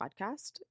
podcast